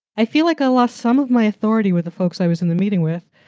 i feel like i lost some of my authority with the folks i was in the meeting with.